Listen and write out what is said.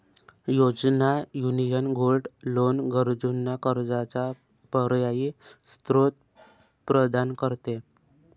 योजना, union gold loan गरजूंना कर्जाचा पर्यायी स्त्रोत प्रदान करते